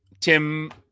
Tim